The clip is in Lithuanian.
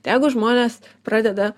tai jeigu žmonės pradeda